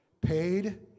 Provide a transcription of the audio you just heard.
Paid